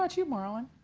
but you, marlin?